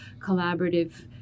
collaborative